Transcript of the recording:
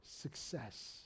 success